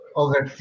over